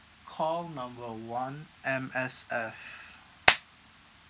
call number one M_S_F